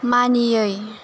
मानियै